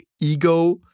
ego